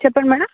చెప్పండి మేడం